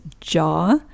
jaw